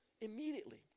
immediately